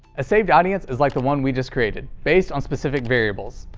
a saved audience is like the one we just created based on specific variables,